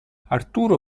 arturo